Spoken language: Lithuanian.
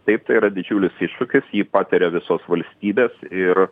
taip tai yra didžiulis iššūkis jį pataria visos valstybės ir